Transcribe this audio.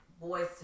Boys